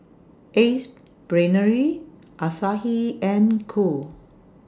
Ace Brainery Asahi and Cool